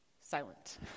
silent